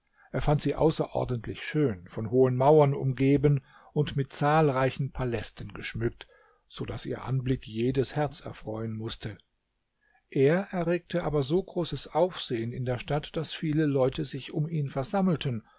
er fand sie außerordentlich schön von hohen mauern umgeben und mit zahlreichen palästen geschmückt so daß ihr anblick jedes herz erfreuen mußte er erregte aber so großes aufsehen in der stadt daß viele leute sich um ihn versammelten